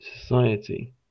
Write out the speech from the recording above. society